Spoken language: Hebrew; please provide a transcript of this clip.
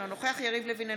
אינו נוכח יריב לוין,